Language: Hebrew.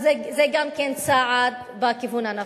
אז גם זה צעד בכיוון הנכון.